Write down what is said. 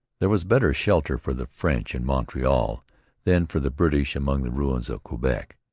there was better shelter for the french in montreal than for the british among the ruins of quebec.